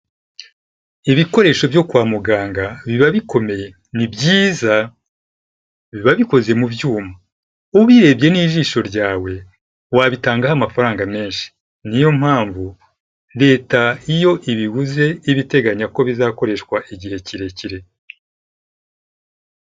Ibikoresho byo kwa muganga biba bikomeye. Ni byiza biba bikoze mu byuma. Ubirebye n'ijisho ryawe wabitangaho amafaranga menshi. Niyo mpamvu leta iyo ibiguze, iba iteganya ko bizakoreshwa igihe kirekire.